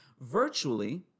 Virtually